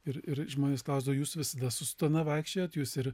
ir ir žmonės klausdavo jūs visada su sutana vaikščiojat jūs ir